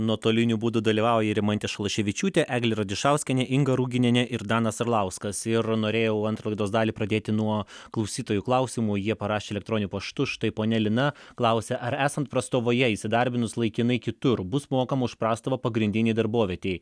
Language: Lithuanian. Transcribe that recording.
nuotoliniu būdu dalyvauja rimantė šalaševičiūtė eglė radišauskienė inga ruginienė ir danas arlauskas ir norėjau antrą laidos dalį pradėti nuo klausytojų klausimų jie parašė elektroniniu paštu štai ponia lina klausia ar esant prastovoje įsidarbinus laikinai kitur bus mokama už prastovą pagrindinėj darbovietėj